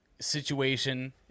situation